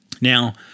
Now